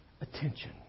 attention